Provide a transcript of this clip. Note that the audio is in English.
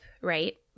right